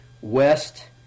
west